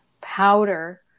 powder